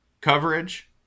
coverage